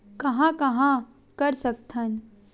कहां कहां कर सकथन?